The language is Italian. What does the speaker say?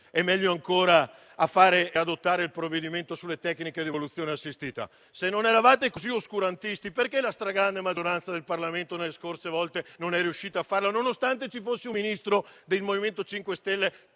e, meglio ancora, il provvedimento sulle tecniche di evoluzione assistita (TEA)? Se voi non eravate così oscurantisti, perché la stragrande maggioranza del Parlamento nella scorsa legislatura non è riuscita a farlo, nonostante ci fosse un ministro del MoVimento 5 Stelle